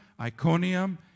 Iconium